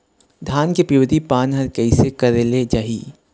धान के पिवरी पान हर कइसे करेले जाही?